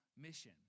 mission